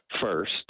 first